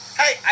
hey